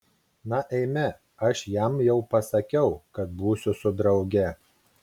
na eime aš jam jau pasakiau kad būsiu su drauge